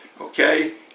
Okay